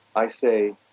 i say,